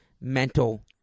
mental